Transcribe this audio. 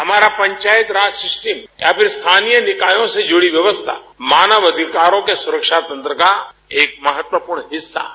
हमारा पंचायत राज सिस्टम स्थानीय निकायों से जुड़ी व्यवस्था मानव अधिकार सुरक्षा तंत्र का एक महत्वपूर्ण हिस्सा है